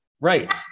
Right